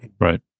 Right